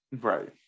Right